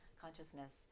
consciousness